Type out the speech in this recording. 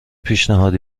پیشنهاد